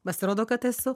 pasirodo kad esu